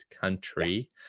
country